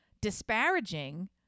disparaging